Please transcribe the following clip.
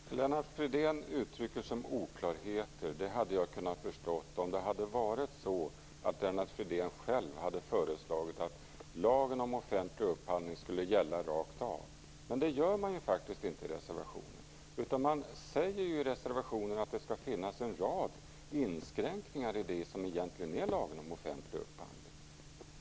Fru talman! Det Lennart Fridén uttrycker som oklarheter hade jag kunnat förstå om det hade varit så att Lennart Fridén själv hade föreslagit att lagen om offentlig upphandling skulle gälla rakt av. Men det gör man inte i reservationen. I reservationen säger man att det skall finnas en rad inskränkningar i det som egentligen är lagen om offentlig upphandling.